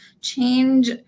change